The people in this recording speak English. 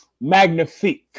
magnifique